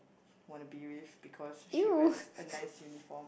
wanna be with because she wears a nice uniform